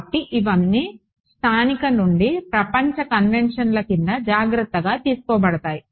కాబట్టి ఇవన్నీ స్థానిక నుండి ప్రపంచ కన్వెంషన్ల క్రింద జాగ్రత్త తీసుకోబడతాయి